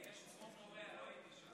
יש צפון קוריאה, בצפון